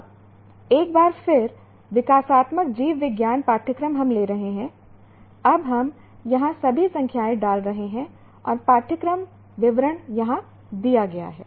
अब एक बार फिर विकासात्मक जीव विज्ञान पाठ्यक्रम हम ले रहे हैं अब हम यहाँ सभी संख्याएँ डाल रहे हैं और पाठ्यक्रम विवरण यहाँ दिया गया है